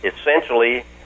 essentially